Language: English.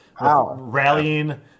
rallying